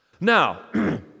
Now